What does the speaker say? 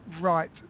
right